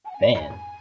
Man